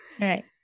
right